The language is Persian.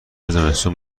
زمستون